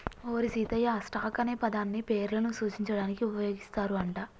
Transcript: ఓరి సీతయ్య, స్టాక్ అనే పదాన్ని పేర్లను సూచించడానికి ఉపయోగిస్తారు అంట